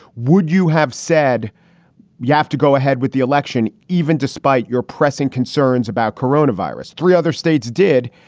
would you have said you have to go ahead with the election even despite your pressing concerns about corona virus? three other states did.